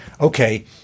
okay –